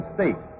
State